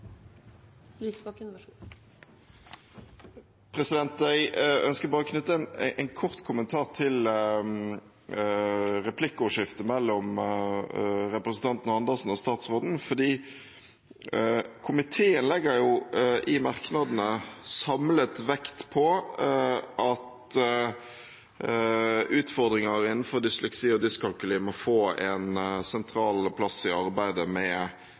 Andersen og statsråden. Komiteen legger i merknadene samlet vekt på at utfordringer innenfor dysleksi og dyskalkuli må få en sentral plass i arbeidet med